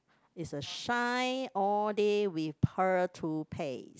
it's a shine all day with pearl toothpaste